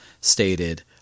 stated